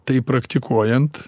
tai praktikuojant